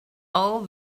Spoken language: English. all